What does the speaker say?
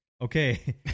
Okay